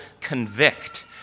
convict